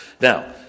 now